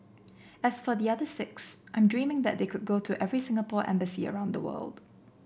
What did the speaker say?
as for the other six I'm dreaming that could go to every Singapore embassy around the world